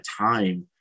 time